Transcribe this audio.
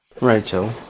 Rachel